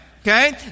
Okay